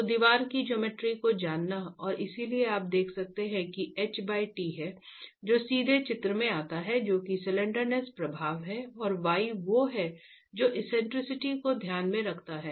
तो दीवार की ज्योमेट्री को जानना और इसलिए आप देख सकते हैं कि h t है जो सीधे चित्र में आता है जो कि स्लैंडरनेस प्रभाव है और y वो है जो एक्सेंट्रिसिटी को ध्यान में रखता है